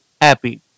happy